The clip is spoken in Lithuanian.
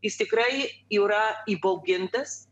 jis tikrai yra įbaugintas